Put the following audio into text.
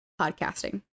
podcasting